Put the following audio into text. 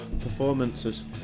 performances